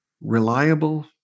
reliable